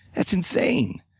that's insane.